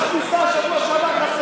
החמאס ניסה בשבוע שעבר לתקוף